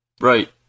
right